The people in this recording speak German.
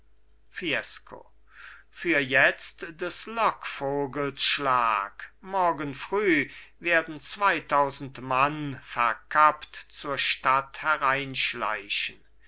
fiesco für jetzt des lockvogels schlag morgen früh werden zweitausend mann verkappt zur stadt